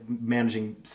managing